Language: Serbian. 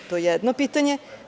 To je jedno pitanje.